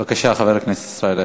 בבקשה, חבר הכנסת ישראל אייכלר.